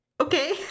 Okay